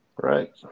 Right